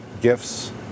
gifts